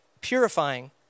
purifying